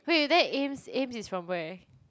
wait then Ames Ames is from where